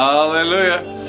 Hallelujah